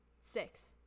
Six